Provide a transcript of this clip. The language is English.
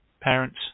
Parents